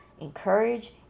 encourage